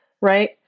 right